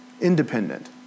independent